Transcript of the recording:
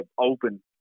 open